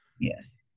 Yes